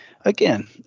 Again